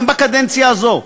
גם בקדנציה הזאת,